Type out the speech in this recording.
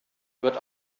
wird